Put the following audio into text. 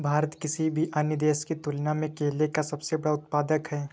भारत किसी भी अन्य देश की तुलना में केले का सबसे बड़ा उत्पादक है